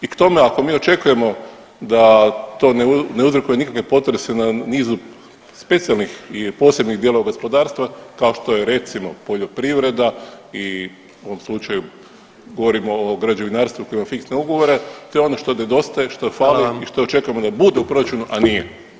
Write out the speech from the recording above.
I k tome ako mi očekujemo da to ne uzrokuje nikakve potrese na nizu specijalnih i posebnih dijelova gospodarstva kao što je recimo poljoprivreda i u ovom slučaju govorim o građevinarstvu koje ima fiksne ugovore to je ono što nedostaje, što fali [[Upadica predsjednik: Hvala vam.]] i što očekujemo da bude u proračunu, a nije.